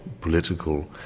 political